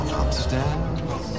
upstairs